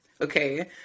okay